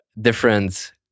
different